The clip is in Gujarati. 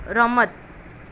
રમત